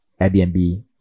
Airbnb